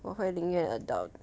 我会宁愿 adopt